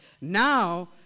Now